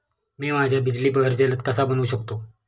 मी माझ्या बिजली बहर जलद कसा बनवू शकतो?